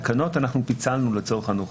בתקנות אנחנו פיצלנו לצורך הנוחות.